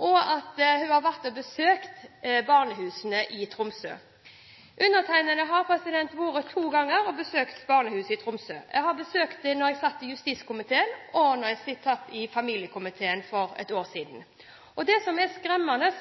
og at hun har vært og besøkt barnehuset i Tromsø. Undertegnede har to ganger vært og besøkt barnehuset i Tromsø. Jeg besøkte det da jeg satt i justiskomiteen og da jeg satt i familiekomiteen for ett år siden. Det som er skremmende,